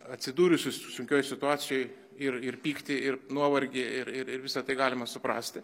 atsidūrusių sunkioj situacijoj ir ir pyktį ir nuovargį ir ir ir visą tai galima suprasti